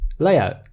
layout